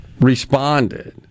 Responded